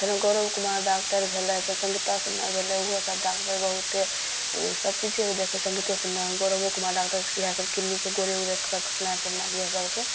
फेन गौरव कुमार डॉक्टर भेलय फेन संगीता सिन्हा भेलय उहो सभ डॉक्टर बहुते सभचीजके देखय हइ संगीतो सिन्हा गौरवो कुमार डॉक्टर इएहे सभ क्लनिक गोड़े उड़े सभ टुटनाइ फुटनाइ लागैए सभके